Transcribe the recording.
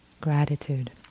Gratitude